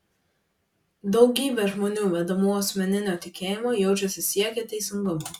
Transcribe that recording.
daugybė žmonių vedamų asmeninio tikėjimo jaučiasi siekią teisingumo